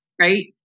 right